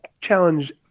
challenge